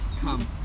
Come